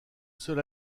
seul